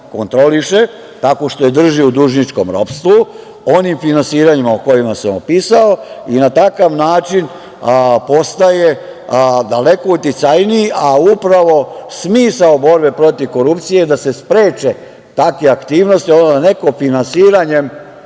kontroliše tako što je drži u dužničkom ropstvu onim finansiranjima, koja sam opisao, i na takav način postaje daleko uticajniji, a upravo smisao borbe protiv korupcije je da se spreče takve aktivnosti. Takvim finansiranjem